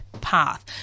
path